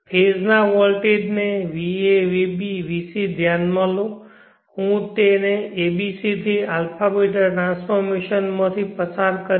phase ના વોલ્ટેજને va vb vc ધ્યાનમાં લો હું તેને abc થી α β ટ્રાન્સફોર્મેશનમાં પસાર કરીશ